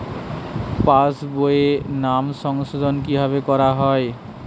পাশ বইয়ে নাম সংশোধন কিভাবে করা হয়?